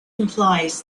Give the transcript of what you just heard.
implies